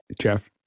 Jeff